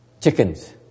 Chickens